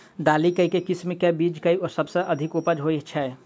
दालि मे केँ किसिम केँ बीज केँ सबसँ अधिक उपज होए छै?